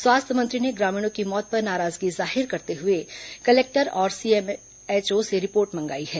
स्वास्थ्य मंत्री ने ग्रामीणों की मौत पर नाराजगी जाहिर करते हुए कलेक्टर और सीएमएचओ से रिपोर्ट मंगाई है